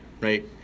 right